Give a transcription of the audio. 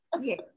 Yes